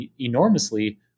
enormously